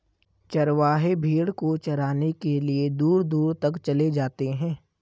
चरवाहे भेड़ को चराने के लिए दूर दूर तक चले जाते हैं